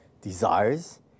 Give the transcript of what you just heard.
desires